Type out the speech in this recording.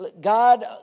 God